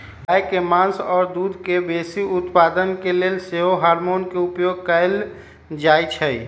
गाय के मास आऽ दूध के बेशी उत्पादन के लेल सेहो हार्मोन के उपयोग कएल जाइ छइ